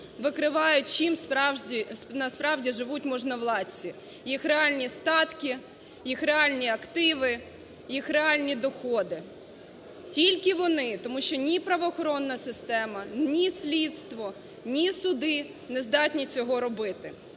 викривають, чим справді… насправді живуть можновладці: їх реальні статки, їх реальні активи, їх реальні доходи. Тільки вони, тому що ні правоохоронна система, ні слідство, ні суди не здатні цього робити.